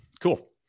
Cool